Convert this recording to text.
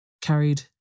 carried